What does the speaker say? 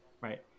right